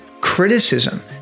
criticism